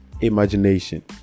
imagination